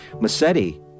Massetti